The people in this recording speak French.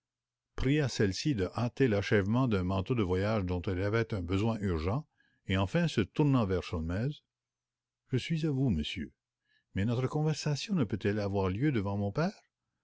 pria celle-ci de hâter l'achèvement d'un manteau de voyage dont elle avait un besoin urgent et enfin se tournant vers sholmès je suis à vous monsieur mais notre conversation ne peut-elle avoir lieu devant mon père